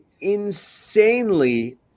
insanely